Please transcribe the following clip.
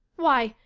why,